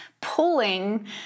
pulling